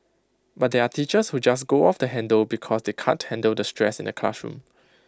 but there are teachers who just go off the handle because they can't handle the stress in the classroom